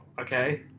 okay